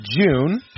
June